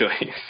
choice